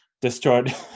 destroyed